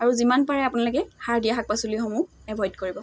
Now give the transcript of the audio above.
আৰু যিমান পাৰে আপোনালোকে সাৰ দিয়া শাক পাচলিসমূহ এভইড কৰিব